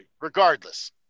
Regardless